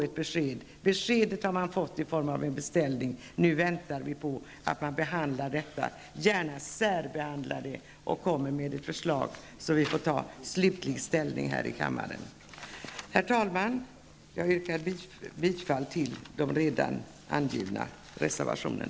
Ett besked har man i och för sig fått i form av en beställning, men nu väntar vi på att ärendet snarast behandlas -- gärna särbehandlas. Vi väntar på ett förslag som vi kan ta slutlig ställning till här i riksdagen.